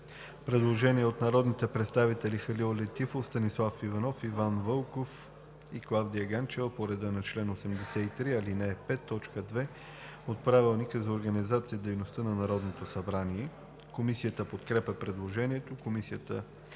Предложение от народните представители Халил Летифов, Станислав Иванов, Иван Вълков и Клавдия Ганчева по реда на чл. 83, ал. 5, т. 2 от Правилника за организацията и дейността на Народното събрание. Комисията подкрепя предложението. Комисията